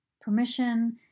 Permission